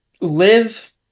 live